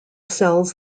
cells